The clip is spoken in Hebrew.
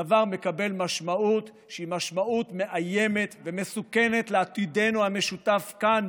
הדבר מקבל משמעות שהיא משמעות מאיימת ומסוכנת לעתידנו המשותף כאן,